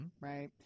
right